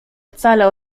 wcale